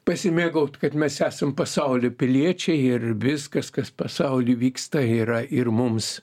pasimėgaut kad mes esam pasaulio piliečiai ir viskas kas pasauly vyksta yra ir mums